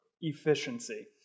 efficiency